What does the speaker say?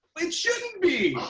it shouldn't be!